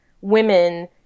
women